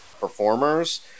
performers